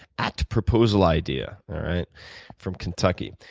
at proposal idea from kentucky.